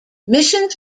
missions